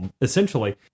essentially